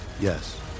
Yes